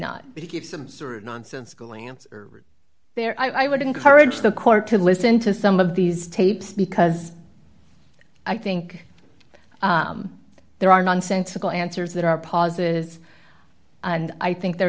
not give some sort of nonsense going on there i would encourage the court to listen to some of these tapes because i think there are nonsensical answers that are pauses and i think there